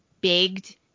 begged